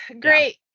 Great